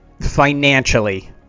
financially